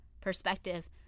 perspective